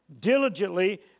diligently